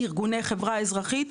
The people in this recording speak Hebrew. ארגוני חברה אזרחית,